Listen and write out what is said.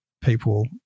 people